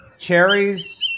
cherries